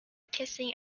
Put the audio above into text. kissing